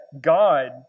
God